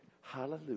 Hallelujah